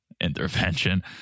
intervention